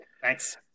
Thanks